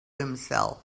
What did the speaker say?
himself